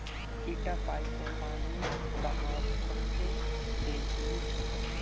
इटा पाइप स पानीर बहाव वत्ते तेज नइ छोक